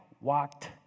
walked